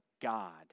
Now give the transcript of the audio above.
God